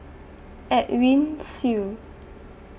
Edwin Siew